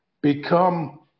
become